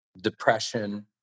depression